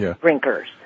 drinkers